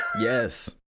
Yes